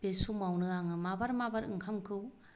बे समावनो आङो माबार माबार ओंखामखौ